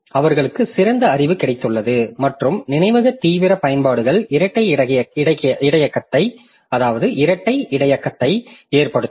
அவர்களுக்கு சிறந்த அறிவு கிடைத்துள்ளது மற்றும் நினைவக தீவிர பயன்பாடுகள் இரட்டை இடையகத்தை ஏற்படுத்தும்